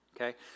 Okay